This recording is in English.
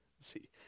see